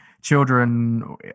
children